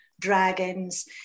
dragons